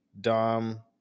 Dom